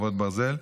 חרבות ברזל)